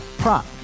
prop